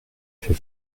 fait